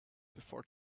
before